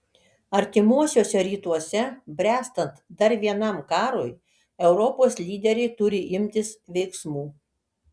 artimuosiuose rytuose bręstant dar vienam karui europos lyderiai turi imtis veiksmų